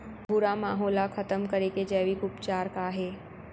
भूरा माहो ला खतम करे के जैविक उपचार का हे?